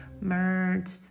merged